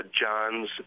John's